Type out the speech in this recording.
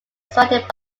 surrounded